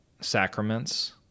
sacraments